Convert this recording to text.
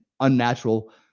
unnatural